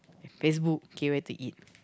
Facebook okay where to eat